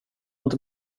inte